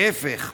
להפך,